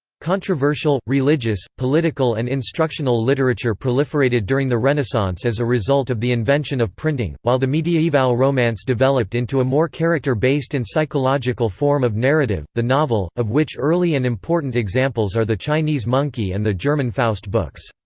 controversial, religious, political and instructional literature proliferated during the renaissance as a result of the invention of printing, while the mediaeval romance developed into a more character-based and psychological form of narrative, the novel, of which early and important examples are the chinese monkey and the german faust books.